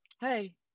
Hey